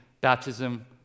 baptism